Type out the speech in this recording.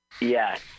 Yes